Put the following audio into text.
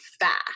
fast